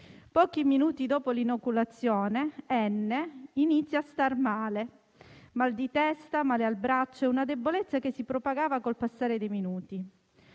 Pochi minuti dopo l'inoculazione, N inizia a star male: mal di testa, male al braccio e una debolezza che si propagava col passare dei minuti.